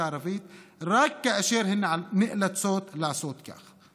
הערבית רק כאשר הן נאלצות לעשות כך,